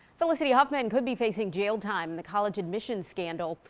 felicity huffman could be facing jail time the college admissions scandal.